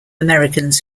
americans